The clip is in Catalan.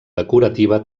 decorativa